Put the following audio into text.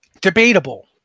Debatable